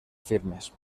firmes